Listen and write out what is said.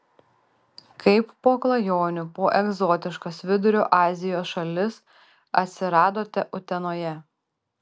kaip po klajonių po egzotiškas vidurio azijos šalis atsiradote utenoje